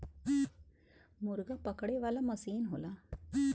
मुरगा पकड़े वाला मसीन होला